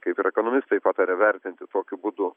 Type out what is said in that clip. kaip ir ekonomistai pataria vertinti tokiu būdu